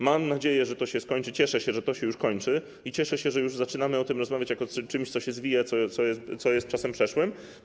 Mam nadzieję, że to się skończy, cieszę się, że to się już kończy, i cieszę się, że już zaczynamy o tym rozmawiać jako o czymś, co się zwija, co jest czasem przeszłym.